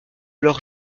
leurs